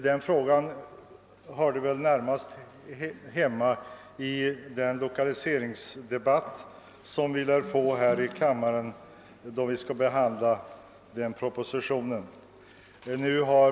Detta ärende hör väl närmast hemma i den lokaliseringsdebatt som vi lär få i denna kammare när propositionen i detta ämne skall behandlas.